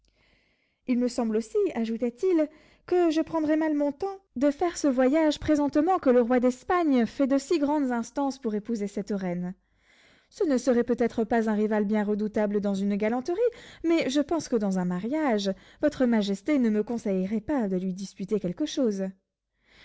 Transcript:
il me semble aussi ajouta-t-il que je prendrais mal mon temps de faire ce voyage présentement que le roi d'espagne fait de si grandes instances pour épouser cette reine ce ne serait peut-être pas un rival bien redoutable dans une galanterie mais je pense que dans un mariage votre majesté ne me conseillerait pas de lui disputer quelque chose